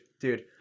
dude